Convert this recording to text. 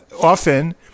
often